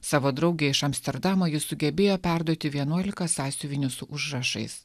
savo draugei iš amsterdamo ji sugebėjo perduoti vienuolika sąsiuvinių su užrašais